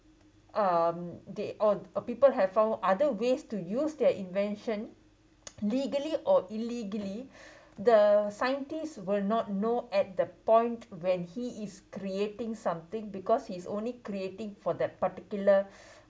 um they all uh people have found other ways to use their invention legally or illegally the scientists would not know at the point when he is creating something because he's only creating for that particular